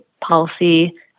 policy